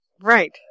Right